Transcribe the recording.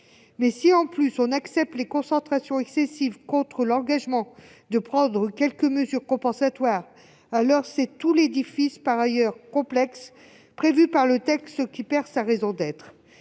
surcroît, l'on accepte les concentrations excessives contre l'engagement de prendre quelques mesures compensatoires, c'est tout l'édifice, par ailleurs complexe, prévu par le texte qui perd sa raison d'être.